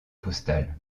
postales